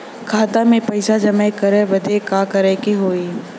खाता मे पैसा जमा करे बदे का करे के होई?